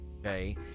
okay